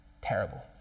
terrible